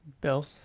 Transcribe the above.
Bill